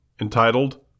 entitled